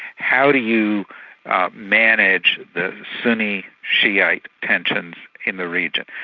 how do you manage the sunni shiite tensions in the region,